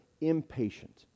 impatient